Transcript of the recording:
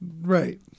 Right